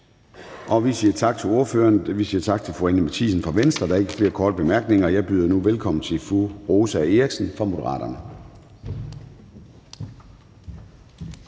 Vi siger tak til ordføreren, fru Anni Matthiesen fra Venstre. Der er ikke flere korte bemærkninger. Og jeg byder nu velkommen til fru Rosa Eriksen fra Moderaterne.